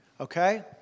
okay